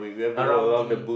around the